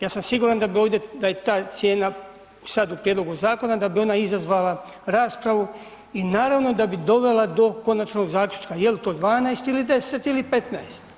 Ja sam siguran da je ta cijena sad u prijedlogu zakona, da bi ona izazvala raspravu i naravno da bi dovela do konačnog zaključka je li to 12 ili 10 ili 15.